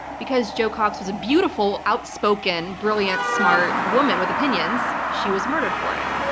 because jo cox was a beautiful, outspoken, brilliant smart woman with opinions, she was murdered for it.